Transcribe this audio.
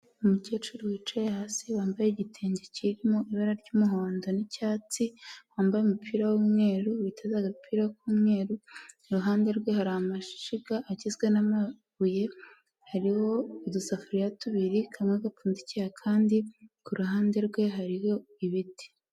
Umukecuru wicaye hasi wambaye igitenge kirimo ibara ry'umuhondo n'icyatsi, wambaye umupira w'umweru witeza agapira k'umweru, iruhande rwe hari amashyiga agizwe n'amabuye. Hariho udusafuriya tubiri, kamwe gapfundikiye akandi, ku ruhande rwe hariho ibiti.